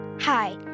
Hi